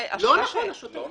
לא נכון, השוטף.